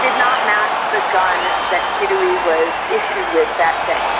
did not match the gun that kirui was issued with that day.